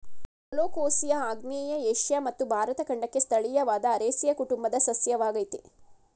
colocasia ಆಗ್ನೇಯ Asia ಮತ್ತು ಭಾರತ ಖಂಡಕ್ಕೆ ಸ್ಥಳೀಯವಾದ ಅರೇಸಿಯ ಕುಟುಂಬದ ಸಸ್ಯವಾಗಯ್ತೆ